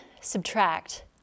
subtract